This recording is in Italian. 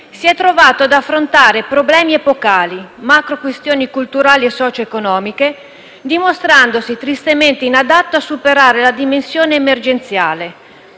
si è trovato ad affrontare problemi epocali e macro questioni culturali e socio-economiche, dimostrandosi tristemente inadatto a superare la dimensione emergenziale,